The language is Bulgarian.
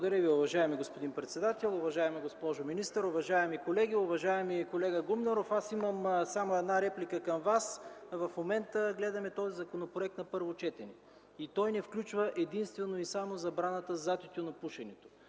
Благодаря Ви, уважаеми господин председател. Уважаема госпожо министър, уважаеми колеги! Уважаеми колега Гумнеров, имам само една реплика към Вас. В момента гледаме законопроекта на първо четене. Той не включва единствено и само забраната за тютюнопушенето.